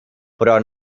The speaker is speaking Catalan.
però